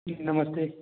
जी नमस्ते